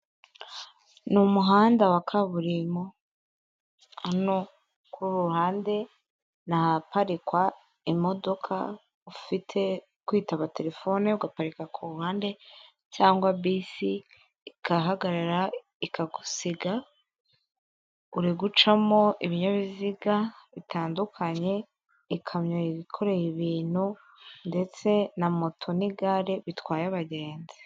Ni umuhanda wa kaburimbo. Hano kuri uru ruhande ni ahaparikwa imodoka: ufite kwitaba terefone ugaparika kuri uru ruhande, cyangwa bisi igahagarara ikagusiga. Uri gucamo ibinyabiziga bitandukanye: ikamyo yikoreye ibintu ndetse na moto, n'igare bitwaye abagenzi.